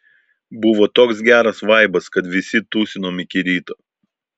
buvo toks geras vaibas kad visi tūsinom iki ryto